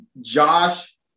Josh